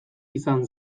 izan